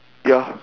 ya